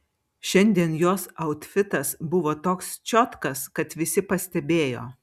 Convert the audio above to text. šiandien jos autfitas buvo toks čiotkas kad visi pastebėjo